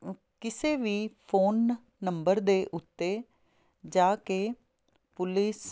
ਕਿਸੇ ਵੀ phone number ਦੇ ਉੱਤੇ ਜਾ ਕੇ ਪੁਲਿਸ